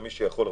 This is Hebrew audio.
למי שיכול,